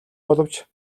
боловч